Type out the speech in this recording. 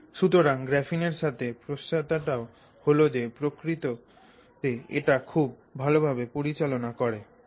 সুতরাং গ্রাফিনের সাথে প্রত্যাশাটাও হল যে প্রকৃতি এটাকে খুব ভালভাবে পরিচালনা করতে পারে